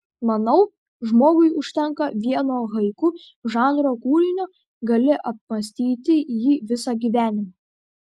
manau žmogui užtenka vieno haiku žanro kūrinio gali apmąstyti jį visą gyvenimą